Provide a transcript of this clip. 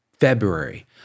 February